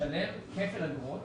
לשלם כפל אגרות